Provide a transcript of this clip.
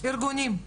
ארגונים,